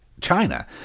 China